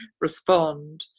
respond